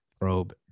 probe